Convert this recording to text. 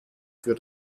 für